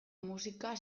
musika